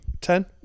Ten